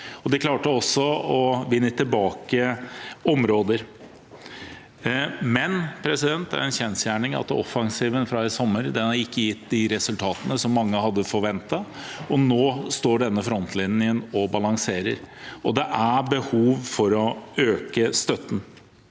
de klarte også å vinne tilbake områder. Men det er en kjensgjerning at offensiven fra i sommer ikke har gitt de resultatene som mange hadde forventet. Nå står denne frontlinjen og balanserer, og det er behov for å øke støtten.